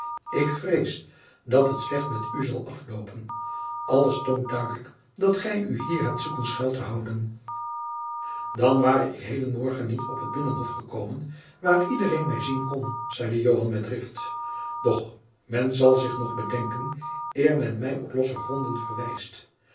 ik vrees dat het slecht met u af zal loopen alles toont duidelijk dat gij u hier hebt zoeken schuil te houden dan ware ik heden morgen niet op het binnenhof gekomen waar iedereen mij zien kon zeide joan met drift doch men zal zich nog bedenken eer men mij op losse gronden verwijst